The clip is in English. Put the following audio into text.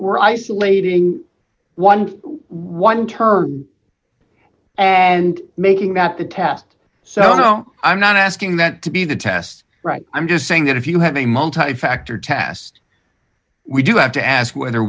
we're isolating one to one target and making that the test so no i'm not asking that to be the test i'm just saying that if you have a multi factor test we do have to ask whether